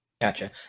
Gotcha